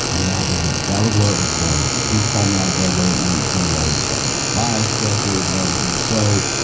and that was it. that was where it was born for me. he would call me out of bed late at night and show me old saturday night live sketches and everything. so,